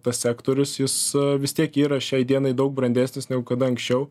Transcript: tas sektorius jis vis tiek yra šiai dienai daug brandesnis negu kada anksčiau